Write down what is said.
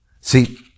See